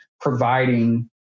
providing